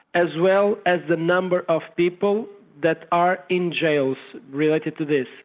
as well as the number of people that are in jails related to this,